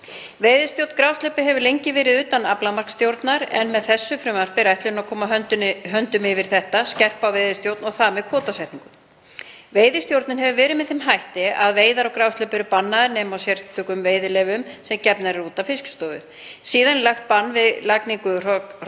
Veiðistjórn grásleppu hefur lengi verið utan aflamarksstjórnar en með þessu frumvarpi er ætlunin að koma höndum yfir hana, skerpa á veiðistjórn og þar með kvótasetningu. Veiðistjórn hefur verið með þeim hætti að veiðar á grásleppu eru bannaðar nema með sérstökum veiðileyfum sem gefin eru út af Fiskistofu. Síðan er lagt bann við lagningu